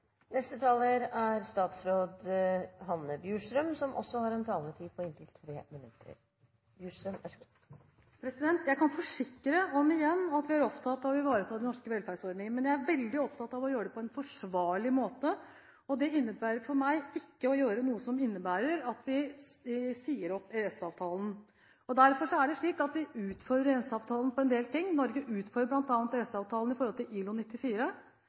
Jeg kan forsikre om igjen at vi er opptatt av å ivareta de norske velferdsordningene. Men jeg er veldig opptatt av å gjøre det på en forsvarlig måte. Det innebærer for meg ikke å gjøre noe som innebærer at vi sier opp EØS-avtalen. Derfor er det slik at vi utfordrer EØS-avtalen på en del ting. Norge utfordrer EØS-avtalen bl.a. i forhold til ILO 94,